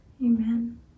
Amen